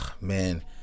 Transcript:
man